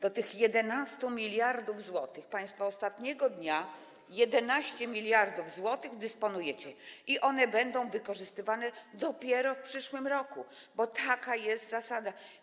Co do tych 11 mld zł - państwo ostatniego dnia 11 mld zł dysponujecie i one będą wykorzystywane dopiero w przyszłym roku, bo taka jest zasada.